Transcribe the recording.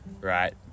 right